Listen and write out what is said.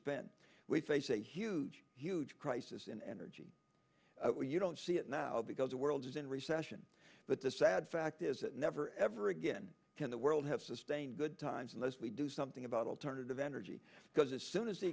spend we face a huge huge crisis in energy you don't see it now because the world is in recession but the sad fact is that never ever again can the world have sustained good times unless we do something about alternative energy because as soon as the